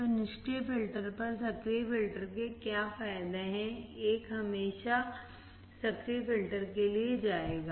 तो निष्क्रिय फिल्टर पर सक्रिय फिल्टर के कई फायदे हैं एक हमेशा सक्रिय फिल्टर के लिए जाएगा